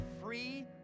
free